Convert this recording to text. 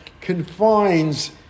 confines